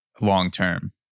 long-term